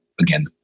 again